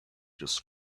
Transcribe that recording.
just